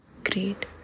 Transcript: great